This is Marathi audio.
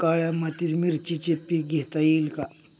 काळ्या मातीत मिरचीचे पीक घेता येईल का?